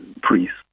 priests